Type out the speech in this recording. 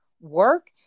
work